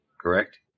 correct